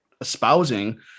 espousing